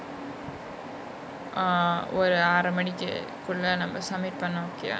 err ஒரு ஆறு மணிக்கு குல்ல நம்ம:oru aaru maniku kulla namma submit பன்னு:pannu okay ah